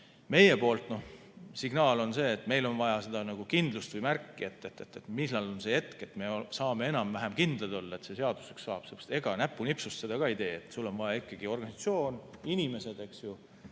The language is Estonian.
Meie signaal on see, et meil on vaja seda kindlust või märki, millal on see hetk, et me saame enam-vähem kindlad olla, et see seaduseks saab. Sest ega näpunipsust seda ka ei tee. Sul on vaja ikkagi organisatsiooni, inimesi ja